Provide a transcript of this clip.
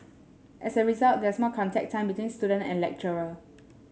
as a result there's more contact time between student and lecturer